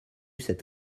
cette